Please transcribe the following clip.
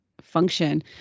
function